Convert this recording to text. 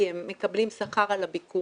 כי הם מקבלים שכר על הביקורים,